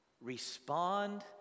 respond